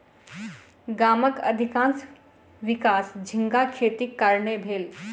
गामक अधिकाँश विकास झींगा खेतीक कारणेँ भेल